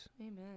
Amen